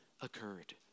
occurred